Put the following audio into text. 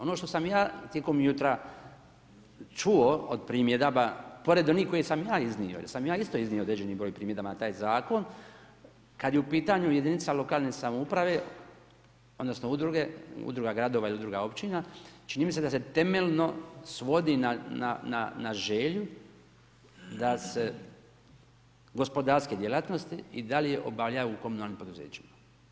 Ono što sam ja tijekom jutra čuo od primjedaba, pored onih koje sam ja iznio, jer sam ja isto iznio određeni broj primjedaba na taj zakon kad je u pitanju jedinica lokalne samouprave, odnosno udruge, udruga gradova i udruga općina čini mi se da se temeljno svodi na želju da se gospodarske djelatnosti i dalje obavljaju u komunalnim poduzećima.